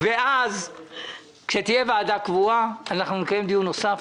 ואז כשתהיה ועדת כספים קבועה אנחנו נקיים דיון נוסף,